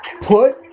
Put